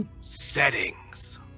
Settings